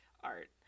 art